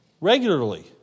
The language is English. regularly